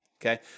okay